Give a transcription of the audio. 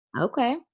Okay